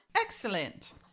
Excellent